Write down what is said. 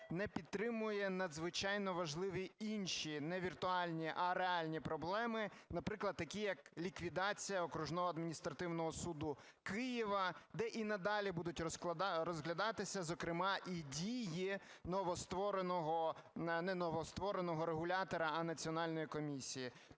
не підтримує надзвичайно важливі інші не віртуальні, а реальні проблеми, наприклад, такі як ліквідація Окружного адміністративного суду Києва, де і надалі будуть розглядатися, зокрема, і дії новоствореного… не новоствореного регулятора, а національної комісії.